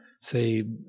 say